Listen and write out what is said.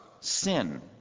sin